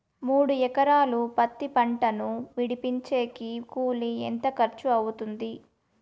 మూడు ఎకరాలు పత్తి పంటను విడిపించేకి కూలి ఎంత ఖర్చు అవుతుంది?